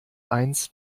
eins